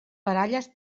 baralles